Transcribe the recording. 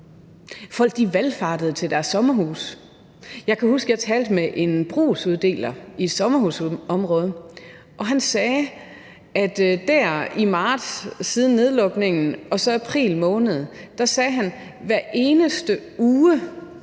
Folk valfartede til deres sommerhuse. Jeg kan huske, at jeg talte med en brugsuddeler i et sommerhusområde, og han sagde, at siden